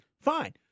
fine